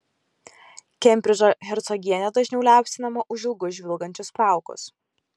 kembridžo hercogienė dažniau liaupsinama už ilgus žvilgančius plaukus